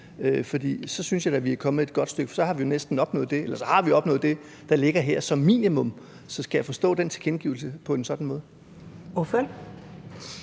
Så synes jeg da, vi er kommet et godt stykke, for så har vi opnået det, der ligger her, som minimum. Så skal jeg forstå den tilkendegivelse på en sådan måde?